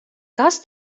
kas